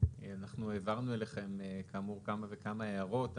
אנחנו העברנו אליכם, כאמור, כמה וכמה הערות.